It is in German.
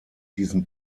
diesen